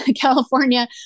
California